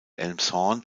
elmshorn